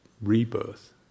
rebirth